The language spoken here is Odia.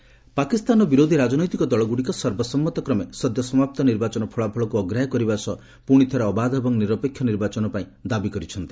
ପାକ୍ ଇଲେକ୍ସନ୍ ପାକିସ୍ତାନର ବିରୋଧୀ ରାଜନୈତିକ ଦଳଗୁଡ଼ିକ ସର୍ବସମ୍ମତ କ୍ରମେ ସଦ୍ୟ ସମାପ୍ତ ନିର୍ବାଚନ ଫଳାଫଳକୁ ଅଗ୍ରାହ୍ୟ କରିବା ସହ ପୁଣିଥରେ ଅବାଧ ଏବଂ ନିରପେକ୍ଷ ନିର୍ବାଚନ ପାଇଁ ଦାବି କରିଛନ୍ତି